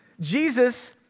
Jesus